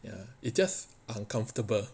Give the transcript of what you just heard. ya it just uncomfortable